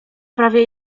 prawie